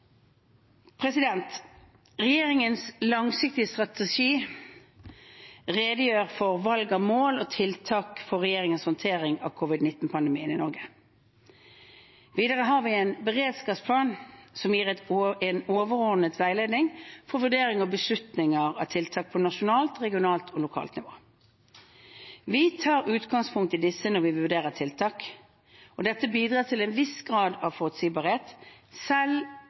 Regjeringens langsiktige strategi redegjør for valg av mål og tiltak for regjeringens håndtering av covid-19-pandemien i Norge. Videre har vi beredskapsplanen som gir en overordnet veiledning for vurderinger og beslutninger av tiltak på nasjonalt, regionalt og lokalt nivå. Vi tar utgangspunkt i disse når vi vurderer tiltak, og dette bidrar til en viss grad av forutsigbarhet, selv